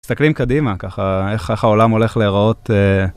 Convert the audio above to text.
מסתכלים קדימה ככה, איך העולם הולך להיראות.